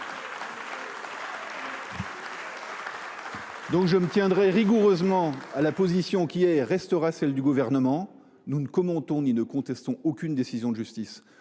! Je me tiens donc rigoureusement à la position qui est et restera celle du Gouvernement : nous ne commentons ni ne contestons aucune décision de justice